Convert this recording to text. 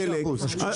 דלק,